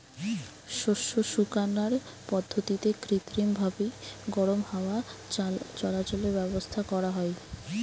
শস্য শুকানার পদ্ধতিরে কৃত্রিমভাবি গরম হাওয়া চলাচলের ব্যাবস্থা করা হয়